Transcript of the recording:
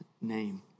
name